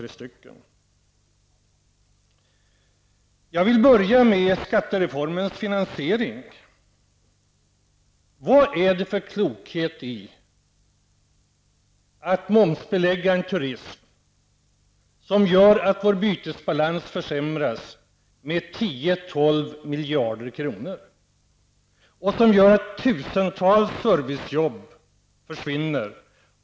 Jag vill börja med skattereformens finansiering. Vari ligger det kloka i att momsbelägga en turism som gör att vår bytesbalans försämras med 10--12 miljarder kronor och som gör att tusentals servicejobb försvinner?